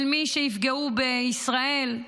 שמי שיפגעו בישראל,